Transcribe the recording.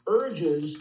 urges